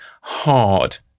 hard